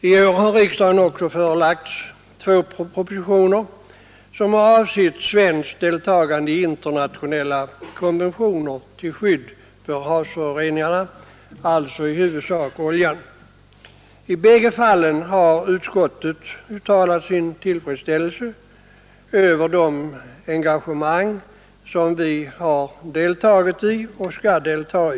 I år har riksdagen förelagts två propositioner som har avsett svenskt deltagande i internationella konventioner till skydd mot havsföroreningar, i huvudsak olja. I bägge fallen har utskottet uttalat sin tillfredsställelse över det engagemang som vi har deltagit i och skall delta i.